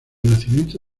nacimiento